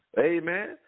Amen